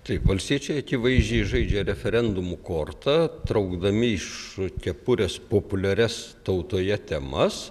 taip valstiečiai akivaizdžiai žaidžia referendumų korta traukdami iš kepurės populiarias tautoje temas